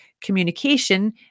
communication